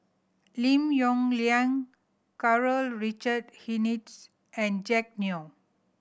Lim Yong Liang Karl Richard Hanitsch and Jack Neo